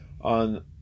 on